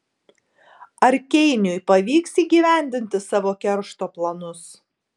ar keiniui pavyks įgyvendinti savo keršto planus